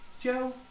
Joe